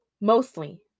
mostly